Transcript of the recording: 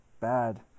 Bad